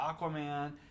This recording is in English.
aquaman